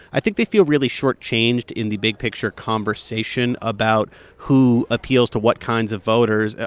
i think they feel really shortchanged in the big-picture conversation about who appeals to what kinds of voters,